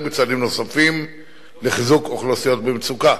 בצעדים נוספים לחיזוק אוכלוסיות במצוקה,